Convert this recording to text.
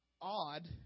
odd